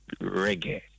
reggae